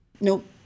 nope